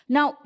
Now